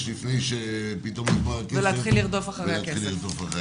לפני שפתאום נגמר הכסף --- ולהתחיל לרדוף אחרי הכסף.